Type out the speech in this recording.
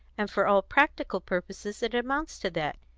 and for all practical purposes it amounts to that.